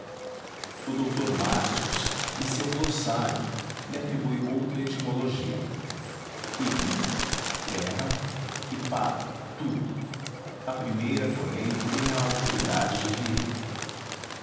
o dr martius em seu glossário lhe atribui outra etimologia iby terra e pabe tudo a primeira porém tem a autoridade de vieira